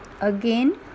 Again